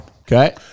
Okay